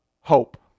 hope